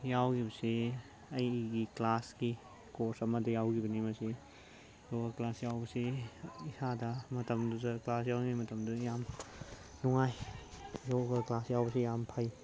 ꯌꯥꯎꯈꯤꯕꯁꯦ ꯑꯩꯒꯤ ꯀ꯭ꯂꯥꯁꯀꯤ ꯀꯣꯔꯁ ꯑꯃꯗ ꯌꯥꯎꯈꯤꯕꯅꯤ ꯃꯁꯤ ꯌꯣꯒꯥ ꯀ꯭ꯂꯥꯁ ꯌꯥꯎꯕꯁꯤ ꯏꯁꯥꯗ ꯃꯇꯝꯗꯨꯗ ꯀ꯭ꯂꯥꯁ ꯌꯥꯎꯔꯤ ꯃꯇꯝꯗꯨꯗ ꯌꯥꯝ ꯅꯨꯡꯉꯥꯏ ꯌꯣꯒꯥ ꯀ꯭ꯂꯥꯁ ꯌꯥꯎꯕꯁꯤ ꯌꯥꯝ ꯐꯩ